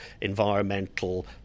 environmental